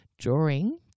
drawing